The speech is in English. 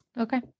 Okay